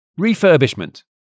Refurbishment